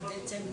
-- שבעה חודשים.